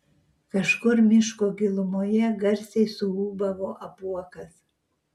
kažkur miško gilumoje garsiai suūbavo apuokas